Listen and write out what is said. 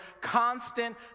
constant